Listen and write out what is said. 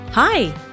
Hi